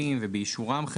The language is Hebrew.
ואישורם.